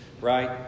right